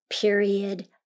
period